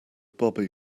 bobby